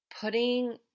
Putting